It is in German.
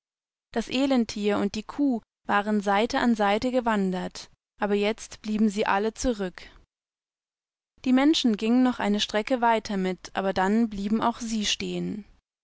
das elentier und die kuh waren seite an seite gewandert aber jetzt blieben sie alle zurück die menschen gingen noch eine strecke weiter mit aber dann blieben auch sie stehen